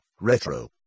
retro